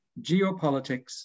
Geopolitics